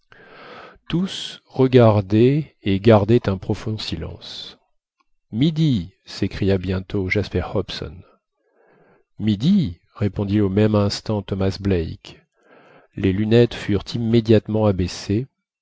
tous regardaient et gardaient un profond silence midi s'écria bientôt jasper hobson midi répondit au même instant thomas black les lunettes furent immédiatement abaissées